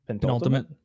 Penultimate